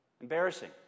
Embarrassing